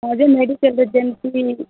ହଁ ଯେ ମେଡ଼ିକାଲ୍ରେ ଯେମତି